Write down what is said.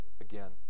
again